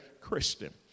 Christian